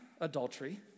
adultery